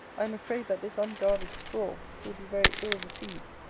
i am afraid that this unguarded scrawl will be very ill received.